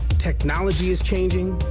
technology is changing.